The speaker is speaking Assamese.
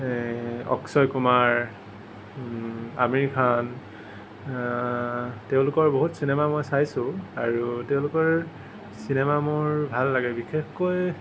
এই অক্ষয় কুমাৰ আমিৰ খান তেওঁলোকৰ বহুত চিনেমা মই চাইছোঁ আৰু তেওঁলোকৰ চিনেমা মোৰ ভাল লাগে বিশেষকৈ